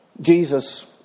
Jesus